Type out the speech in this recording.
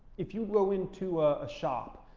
if you go into a shop,